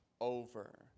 over